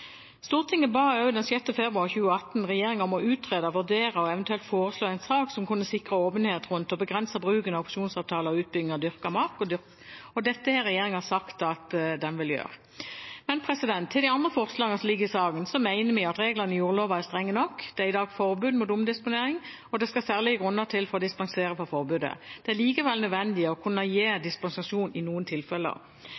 Stortinget ba den 6. februar 2018 regjeringen om å utrede, vurdere og eventuelt foreslå en sak som kunne sikre åpenhet rundt og begrense bruken av opsjonsavtaler om utbygging av dyrket mark, og dette har regjeringen sagt at den vil gjøre. Når det gjelder de andre forslagene som ligger i saken, mener vi reglene i jordloven er strenge nok. Det er i dag forbud mot omdisponering, og det skal særlige grunner til for å dispensere fra forbudet. Det er likevel nødvendig å kunne gi